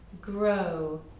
Grow